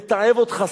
מתעב אותך,